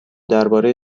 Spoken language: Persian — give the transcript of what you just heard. درباره